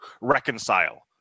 reconcile